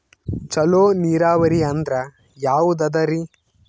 ಚಲೋ ನೀರಾವರಿ ಅಂದ್ರ ಯಾವದದರಿ?